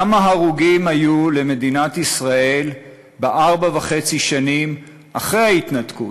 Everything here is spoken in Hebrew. כמה הרוגים היו למדינת ישראל בארבע וחצי שנים אחרי ההתנתקות?